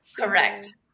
Correct